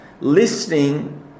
listening